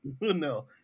No